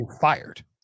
fired